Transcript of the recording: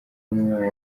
umwe